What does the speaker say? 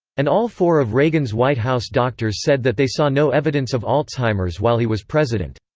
and all four of reagan's white house doctors said that they saw no evidence of alzheimer's while he was president.